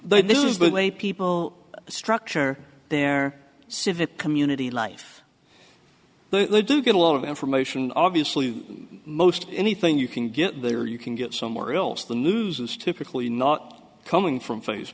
is the way people structure their civic community life they do get a lot of information obviously most anything you can get there you can get somewhere else the news is typically not coming from